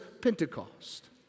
Pentecost